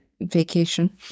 vacation